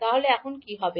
তাহলে এখন কী হবে